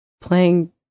playing